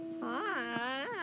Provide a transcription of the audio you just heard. Hi